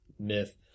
Myth